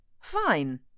Fine